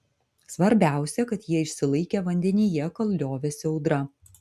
svarbiausia kad jie išsilaikė vandenyje kol liovėsi audra